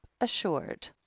assured